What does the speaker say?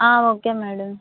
okay madam